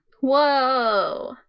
Whoa